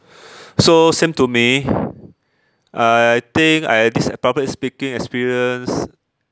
so same to me I think I this public speaking experience